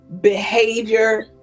behavior